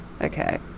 Okay